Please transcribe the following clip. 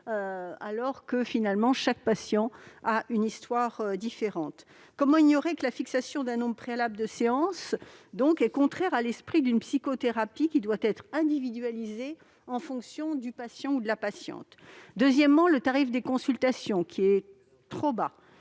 sachant que chaque patient a une histoire différente ? Comment ignorer que la fixation d'un nombre préalable de séances est contraire à l'esprit d'une psychothérapie, qui doit être individualisée en fonction du patient ou de la patiente ? Notre deuxième point de désaccord a trait au tarif des consultations, qui est trop bas.